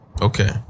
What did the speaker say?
Okay